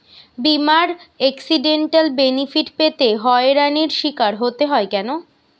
বিমার accidental benefit পেতে হয়রানির স্বীকার হতে হয় কেন?